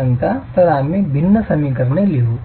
तर आम्ही भिन्न समीकरण लिहू